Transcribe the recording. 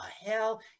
hell